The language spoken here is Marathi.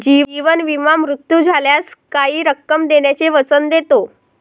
जीवन विमा मृत्यू झाल्यास काही रक्कम देण्याचे वचन देतो